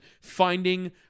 finding